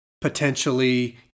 potentially